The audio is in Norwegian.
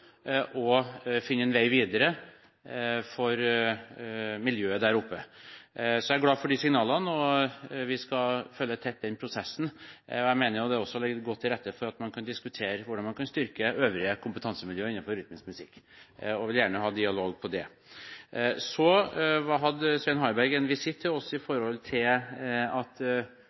Jeg er glad for de signalene, og vi skal følge den prosessen tett. Jeg mener det også legger godt til rette for at man kan diskutere hvordan man kan styrke øvrige kompetansemiljø innenfor rytmisk musikk, og vil gjerne ha dialog på det. Svein Harberg hadde en visitt til oss med tanke på at Høyre og Fremskrittspartiet foreslo et tak i produksjonstilskuddet, og at